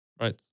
Right